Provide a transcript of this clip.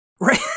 Right